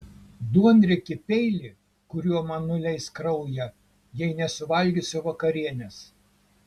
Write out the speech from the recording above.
duonriekį peilį kuriuo man nuleis kraują jei nesuvalgysiu vakarienės